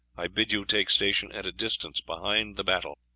i bid you take station at a distance behind the battle,